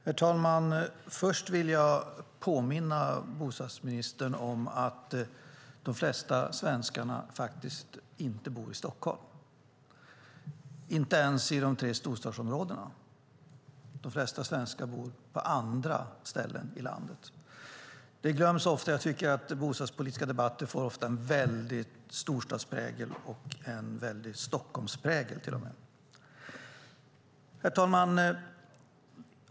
Herr talman! Först vill jag påminna bostadsministern om att de flesta svenskar faktiskt inte bor i Stockholm, inte ens i de tre storstadsområdena. De flesta svenskar bor på andra ställen i landet. Det glöms ofta. Jag tycker att bostadspolitiska debatter ofta får en väldig storstadsprägel och till och med Stockholmsprägel. Herr talman!